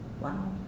wow